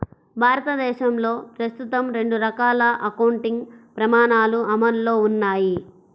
భారతదేశంలో ప్రస్తుతం రెండు రకాల అకౌంటింగ్ ప్రమాణాలు అమల్లో ఉన్నాయి